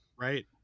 Right